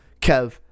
Kev